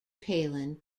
palin